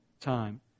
time